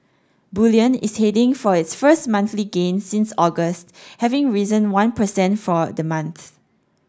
bullion is heading for its first monthly gain since August having risen one per cent for the month